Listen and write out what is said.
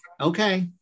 Okay